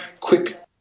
quick